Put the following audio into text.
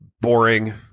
boring